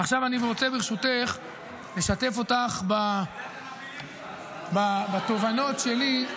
עכשיו ברשותך אני רוצה לשתף אותך בתובנות שלי.